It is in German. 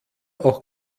auch